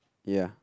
ya